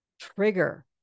trigger